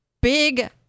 big